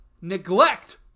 neglect